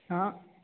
ହଁ